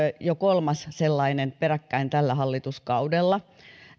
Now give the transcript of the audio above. jo kolmas sellainen peräkkäin tällä hallituskaudella